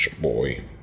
boy